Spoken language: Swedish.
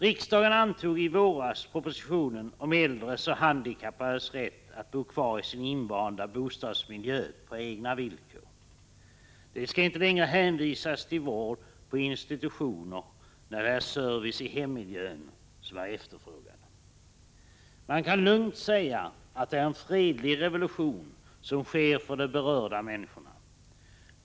Riksdagen antog i våras propositionen om äldres och handikappades rätt att bo kvar i sin invanda bostadsmiljö på egna villkor. De skall inte längre hänvisas till vård på institutioner när det är service i hemmiljön de efterfrågar. Man kan lugnt säga att det är en fredlig revolution som sker för de berörda människorna.